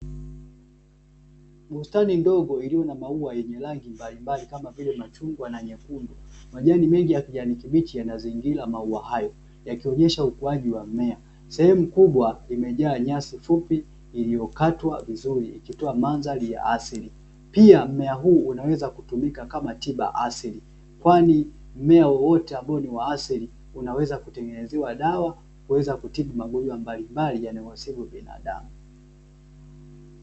Bustani ndogo iliyo na maua yenye rangi mbalimbali kama vile machungwa na nyekundu, majani mengi ya kijani kibichi yamezingira maua hayo yakionyesha ukuaji wa mmea. Sehemu kubwa imejaa nyasi fupi iliyokatwa vizuri ikitoa madhari ya asili. Pia mmea huu unaweza ukatumika kama tiba asili, kwani mmea wowote ambao ni wa aslili unaweza kutengenezea dawa kuweza kutibu magonjwa mbalimbali inayowasibu binadamu.